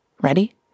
Ready